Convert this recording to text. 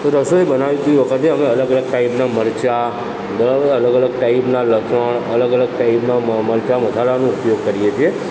રસોઇ બનાવતી વખતે અલગ અલગ ટાઇપનાં મરચાં ઘણાં બધાં અલગ અલગ ટાઇપનાં લસણ અલગ અલગ ટાઇપનાં મ મરચાં મસાલાનો ઉપયોગ કરીએ છીએ